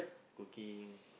cooking